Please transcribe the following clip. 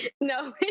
No